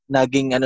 Naging